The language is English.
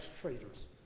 traders